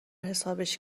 حسابش